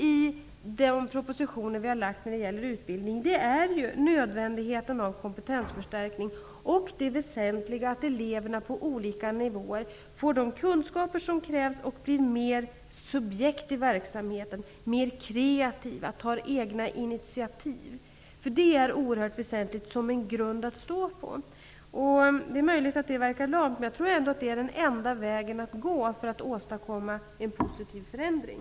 I den proposition som regeringen lagt fram när det gäller utbildning, pekas det just på nödvändigheten av kompetensförstärkning och det väsentliga att eleverna på olika nivåer får de kunskaper som krävs så att de blir mer ''subjekt'' i verksamheten, dvs. att eleverna blir mer kreativa och tar fler egna initiativ. Det är oerhört väsentligt för att ha en grund att stå på. Det är möjligt att det här verkar lamt, men jag tror att det är den enda vägen att gå för att åstadkomma en positiv förändring.